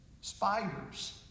spiders